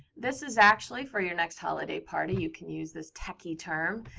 this is actually for your next holiday party. you can use this techie term.